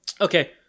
Okay